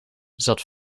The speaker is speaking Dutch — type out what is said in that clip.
zat